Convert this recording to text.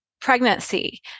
pregnancy